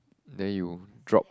then you drop